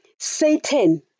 Satan